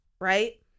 right